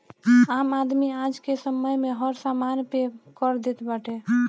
आम आदमी आजके समय में हर समान पे कर देत बाटे